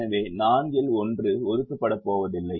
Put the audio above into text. எனவே 4 இல் 1 ஒதுக்கப்படப்போவதில்லை